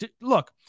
Look